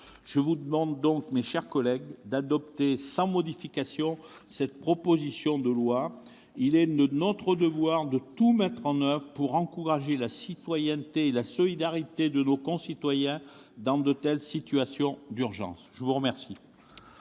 Je vous demande donc, mes chers collègues, d'adopter sans modification cette proposition de loi. Il est de notre devoir de tout mettre en oeuvre pour encourager la citoyenneté et la solidarité de nos concitoyens dans de telles situations d'urgence. La parole